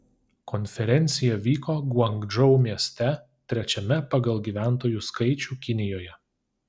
konferencija vyko guangdžou mieste trečiame pagal gyventojų skaičių kinijoje